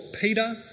Peter